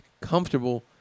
comfortable